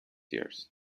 years